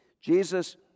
Jesus